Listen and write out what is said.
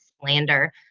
slander